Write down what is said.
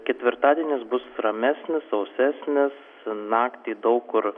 ketvirtadienis bus ramesnis sausesnis naktį daug kur